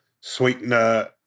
sweetener